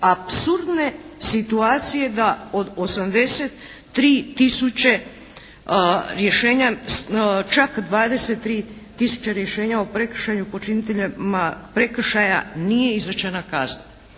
apsurdne situacije da od 83 tisuće rješenja čak 23 tisuće rješenja o prekršaju počiniteljima prekršaja nije izrečena kazna.